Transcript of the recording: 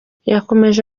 yakomeje